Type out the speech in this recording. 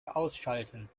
ausschalten